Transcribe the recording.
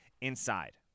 inside